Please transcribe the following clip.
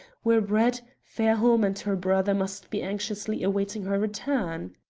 where brett, fairholme, and her brother must be anxiously awaiting her return?